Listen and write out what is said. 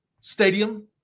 stadium